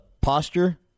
posture